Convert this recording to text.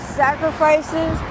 sacrifices